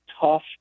tough